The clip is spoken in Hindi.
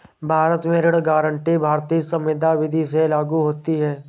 भारत में ऋण गारंटी भारतीय संविदा विदी से लागू होती है